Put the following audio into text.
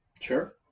Sure